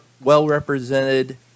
well-represented